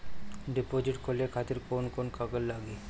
Deposit खोले खातिर कौन कौन कागज लागी?